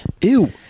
Ew